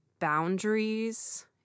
boundaries